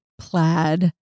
plaid